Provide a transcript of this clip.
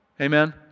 Amen